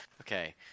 okay